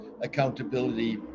accountability